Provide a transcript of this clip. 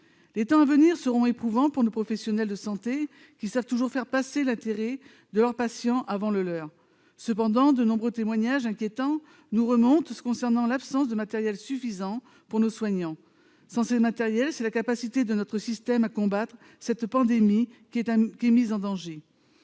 Les temps à venir seront éprouvants pour nos professionnels de santé, qui savent toujours faire passer l'intérêt de leurs patients avant le leur. Toutefois, de nombreux témoignages inquiétants nous parviennent quant au manque de matériels pour nos soignants. Sans ces matériels, c'est la capacité de notre système de santé à combattre cette pandémie qui est mise en danger.